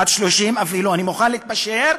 עד 30 אפילו אני מוכן להתפשר,